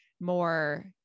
more